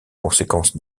conséquence